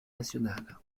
nationale